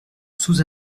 sous